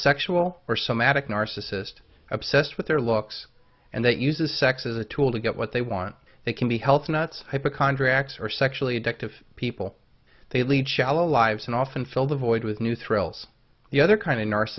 sexual or some addict narcissist obsessed with their looks and that uses sex as a tool to get what they want they can be healthy nuts hypochondriacs or sexually addictive people they lead shallow lives and often fill the void with new thrills the other kind of n